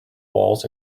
walls